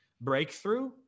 breakthrough